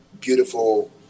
beautiful